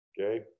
Okay